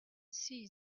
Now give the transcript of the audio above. see